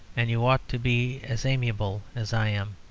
and you ought to be as amiable as i am.